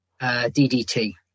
DDT